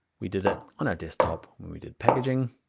we did that on our desktop when we did packaging.